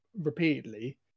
repeatedly